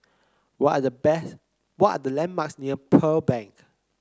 what are the best what are the landmarks near Pearl Bank